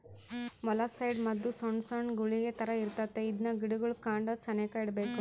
molluscicide ಮದ್ದು ಸೊಣ್ ಸೊಣ್ ಗುಳಿಗೆ ತರ ಇರ್ತತೆ ಇದ್ನ ಗಿಡುಗುಳ್ ಕಾಂಡದ ಸೆನೇಕ ಇಡ್ಬಕು